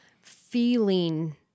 feeling